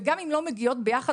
וגם אם הן לא מגיעות ביחד,